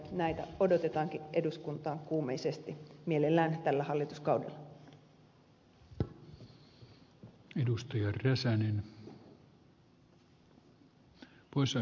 näitä odotetaankin eduskuntaan kuumeisesti mielellään tällä hallituskaudella